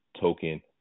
token